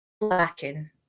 lacking